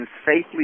safely